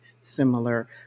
similar